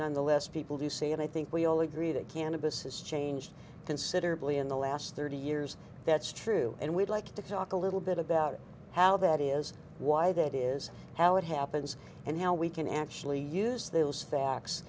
nonetheless people do say and i think we all agree that cannabis is changed considerably in the last thirty years that's true and we'd like to talk a little bit about how that is why that is how it happens and how we can actually use those facts